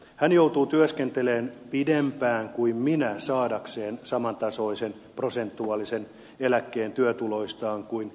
hän joutuu työskentelemään pidempään kuin minä saadakseen samantasoisen prosentuaalisen eläkkeen työtuloistaan kuin minä